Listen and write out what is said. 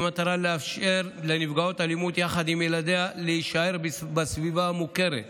במטרה לאפשר לנפגעות אלימות יחד עם ילדיה להישאר בסביבה המוכרת להם.